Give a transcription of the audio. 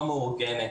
לא מאורגנת.